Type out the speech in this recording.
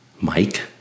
Mike